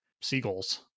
seagulls